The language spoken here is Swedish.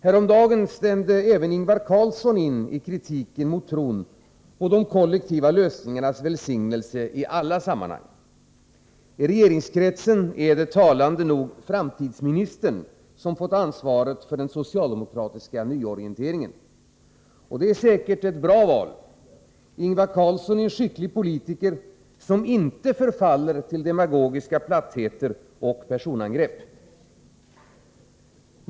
Häromdagen stämde även Ingvar Carlsson in i kritiken mot tron på de kollektiva lösningarnas välsignelse i alla sammanhang. I regeringskretsen är det — talande nog —- framtidsministern som fått ansvaret för den socialdemokratiska nyorienteringen. Och det är säkert ett bra val. Ingvar Carlsson är en skicklig politiker, som inte förfaller till demagogiska plattheter och personangrepp.